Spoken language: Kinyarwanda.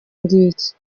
ngiki